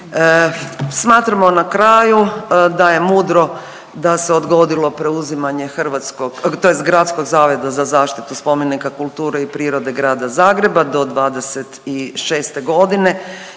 Smatramo na kraju da je mudro da se odgodilo preuzimanje hrvatskog, tj. Gradskog zavoda za zaštitu spomenika kulture i prirode grada Zagreba do '26. godine